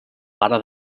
para